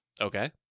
Okay